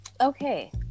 okay